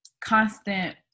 constant